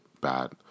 bad